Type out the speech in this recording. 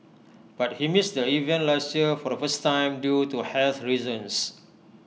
but he missed the event last year for the first time due to health reasons